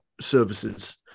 services